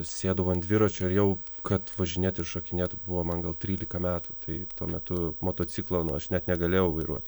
sėdau ant dviračio ir jau kad važinėt ir šokinėt buvo man gal trylika metų taip tuo metu motociklo nu aš net negalėjau vairuot